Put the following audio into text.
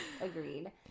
Agreed